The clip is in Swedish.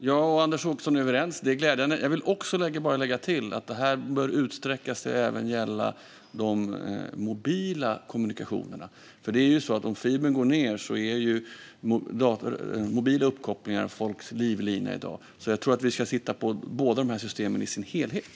Fru talman! Det är glädjande att jag och Anders Åkesson är överens. Jag vill lägga till att det bör utsträckas till att gälla även de mobila kommunikationerna. Om fibern går ned är nämligen mobila uppkopplingar folks livlina i dag. Jag tror alltså att vi ska titta på båda systemen som en helhet.